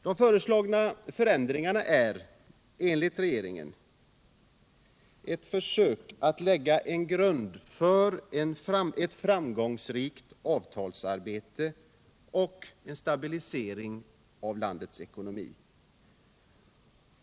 De föreslagna förändringarna är enligt regeringen ett försök att lägga en grund för ett framgångsrikt avtalsarbete och en stabilisering av landets ekonomi.